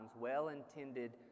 well-intended